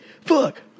fuck